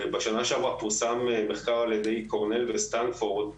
בשנה שעברה פורסם מחקר על ידי קורנל וסטנפורד,